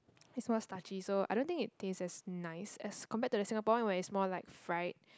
is more starchy so I don't think it taste as nice as compared to the Singapore one where is more like fried